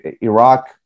Iraq